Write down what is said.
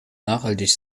nachhaltig